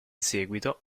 seguito